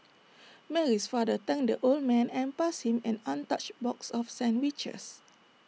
Mary's father thanked the old man and passed him an untouched box of sandwiches